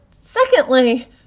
secondly